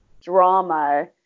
drama